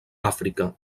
àfrica